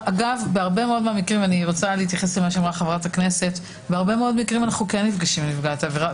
בהרבה מאוד מקרים אנו כן נפגשים עם נפגעת העבירה,